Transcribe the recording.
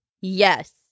Yes